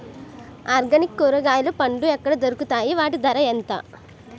Organic కూరగాయలు పండ్లు ఎక్కడ దొరుకుతాయి? వాటి ధర ఎంత?